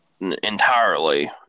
entirely